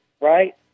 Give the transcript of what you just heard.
right